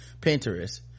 Pinterest